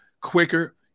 quicker